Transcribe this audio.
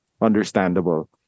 understandable